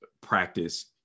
practice